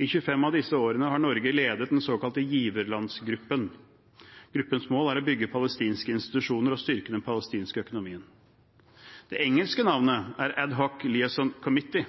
I 25 av disse årene har Norge ledet den såkalte giverlandsgruppen. Gruppens mål er å bygge palestinske institusjoner og styrke den palestinske økonomien. Det engelske navnet er Ad Hoc Liaison Committee